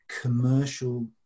commercial